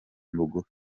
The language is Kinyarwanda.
bugufi